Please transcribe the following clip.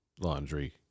laundry